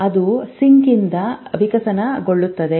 ಅದು ಸಿಂಕ್ನಿಂದ ವಿಕಸನಗೊಳ್ಳುತ್ತದೆ